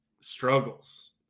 struggles